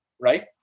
right